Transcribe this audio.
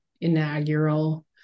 inaugural